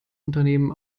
unternehmen